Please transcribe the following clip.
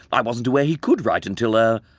i wasn't aware he could write until, ah,